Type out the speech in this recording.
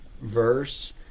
verse